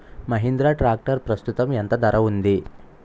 Mahindra tractor ప్రస్తుతం ఎంత ధర ఉంది?